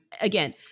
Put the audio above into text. again